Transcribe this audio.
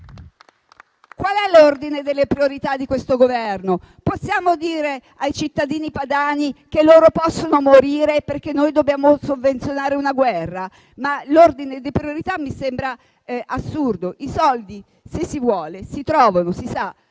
Qual è l'ordine delle priorità di questo Governo? Possiamo dire ai cittadini padani che possono morire, perché dobbiamo sovvenzionare una guerra? L'ordine di priorità mi sembra assurdo. Se si vuole, i soldi si trovano, si sa.